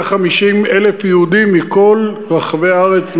150,000 יהודים מכל רחבי הארץ,